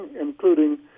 including